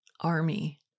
army